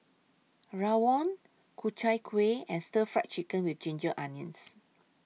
Rawon Ku Chai Kueh and Stir Fried Chicken with Ginger Onions